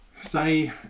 say